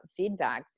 feedbacks